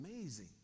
amazing